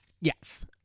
Yes